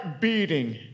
beating